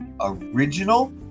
original